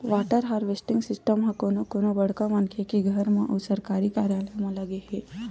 water harvesting system ह कोनो कोनो बड़का मनखे के घर म अउ सरकारी कारयालय म लगे हे